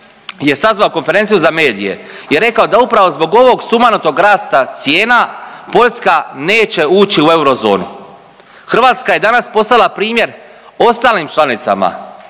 je sazvao konferenciju za medije i rekao da upravo zbog ovog sumanutog rasta cijena Poljska neće ući u eurozonu. Hrvatska je danas postala primjer ostalim članicama